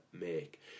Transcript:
make